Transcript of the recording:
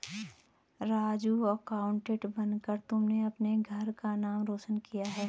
Raju accountant बनकर तुमने अपने घर का नाम रोशन किया है